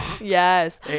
yes